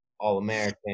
all-american